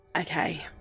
Okay